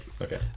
okay